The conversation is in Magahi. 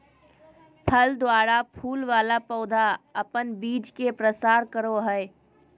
फल द्वारा फूल वाला पौधा अपन बीज के प्रसार करो हय